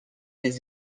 des